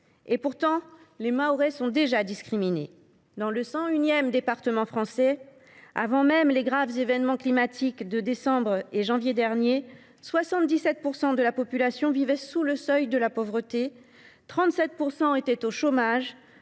Pourtant, les Mahorais sont déjà discriminés : dans le cent unième département français, avant même les graves événements climatiques de décembre et janvier derniers, 77 % des habitants vivaient sous le seuil de pauvreté, 37 % d’entre eux étaient au chômage,